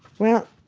well,